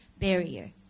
barrier